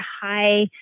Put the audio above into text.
high